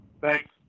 Thanks